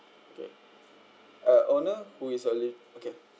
okay a owner who is a leave okay